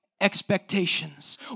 expectations